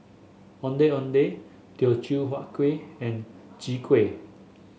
Ondeh Ondeh Teochew Huat Kuih and Chwee Kueh